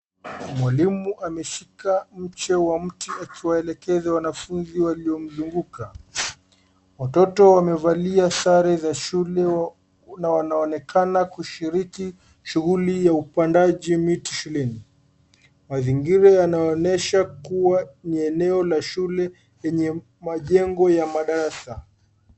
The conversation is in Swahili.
Mwalimu ameshika mche wa mti akielekeza wanafunzi waliomzunguka. Watoto wamevalia sare za shule na wanaonekana kushiriki shughuli ya upandaji miti shuleni. Mazingira yanayoonyesha kuwa ni eneo la shule lenye majengo ya madarasa.